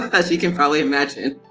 as you can probably imagine,